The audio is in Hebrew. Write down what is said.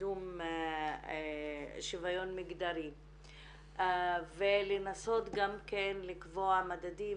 לקידום שוויון מגדרי ולנסות גם לקבוע מדדים